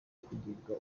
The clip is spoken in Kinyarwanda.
kugirwa